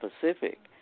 Pacific